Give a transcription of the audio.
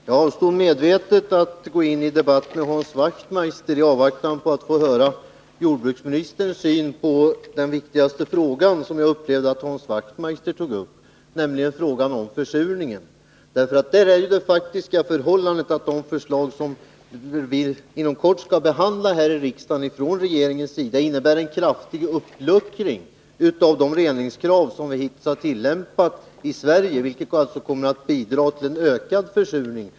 Herr talman! Jag avstår medvetet från att gå in i debatt med Hans Wachtmeister, i avvaktan på att få höra jordbruksministerns syn på den enligt min mening viktigaste fråga som Hans Wachtmeister tog upp, nämligen frågan om försurningen. Det faktiska förhållandet är ju att de förslag från regeringens sida som vi inom kort skall behandla här i riksdagen innebär en kraftig uppluckring av de reningskrav som har gällt i Sverige, vilket alltså kommer att bidra till en ökad försurning.